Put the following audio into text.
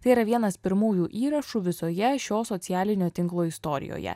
tai yra vienas pirmųjų įrašų visoje šio socialinio tinklo istorijoje